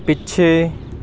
ਪਿੱਛੇ